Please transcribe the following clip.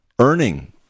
Earning